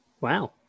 Wow